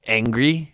angry